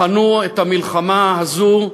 בחנו את המלחמה הזאת,